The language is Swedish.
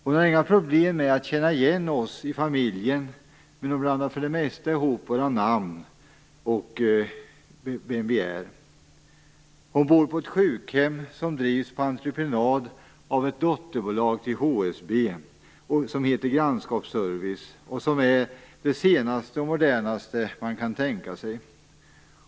Hon har inga problem med att känna igen oss i familjen, men hon blandar för det mesta ihop våra namn och vilka vi är. Hon bor på ett sjukhem som drivs på entreprenad av ett dotterbolag till HSB, som heter Grannskapsservice. Det är det senaste och modernaste man kan tänka sig.